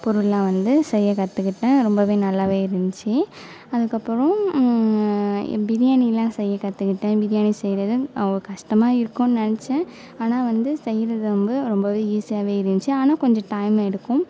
பொருள்லாம் வந்து செய்ய கற்றுக்கிட்டேன் ரொம்ப நல்லா இருந்துச்சு அதுக்கப்புறம் பிரியாணிலாம் செய்ய கற்றுக்கிட்டேன் பிரியாணி செய்கிறது அவ்வளோ கஷ்டமாக இருக்கும்னு நினைச்சேன் ஆனால் வந்து செய்கிறது வந்து ரொம்ப ஈசியாகவே இருந்துச்சு ஆனால் கொஞ்சம் டைம் எடுக்கும்